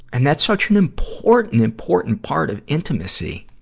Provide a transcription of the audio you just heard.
and that's such an important, important part of intimacy.